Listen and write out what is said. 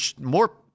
more